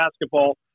basketball